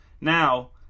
Now